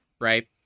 right